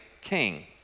king